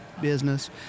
business